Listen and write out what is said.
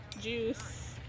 juice